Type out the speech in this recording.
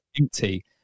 empty